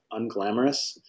unglamorous